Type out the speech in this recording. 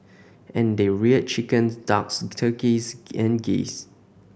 and they reared chicken ducks turkeys and geese